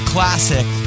classic